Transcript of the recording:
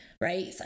right